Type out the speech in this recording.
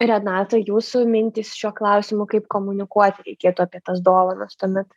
renata jūsų mintys šiuo klausimu kaip komunikuoti reikėtų apie tas dovanas tuomet